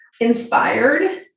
inspired